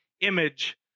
image